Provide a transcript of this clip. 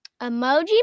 Emoji